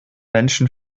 menschen